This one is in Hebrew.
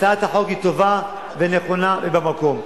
הצעת החוק היא טובה ונכונה ובמקום.